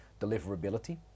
deliverability